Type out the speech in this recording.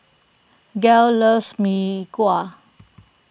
Gayle loves Mee Kuah